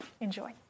Enjoy